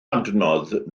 adnodd